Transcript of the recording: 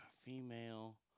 Female